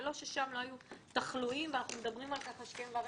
ולא ששם לא היו תחלואים ואנחנו מדברים על כך השכם וערב,